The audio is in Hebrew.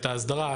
את ההסדרה,